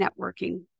networking